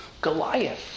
Goliath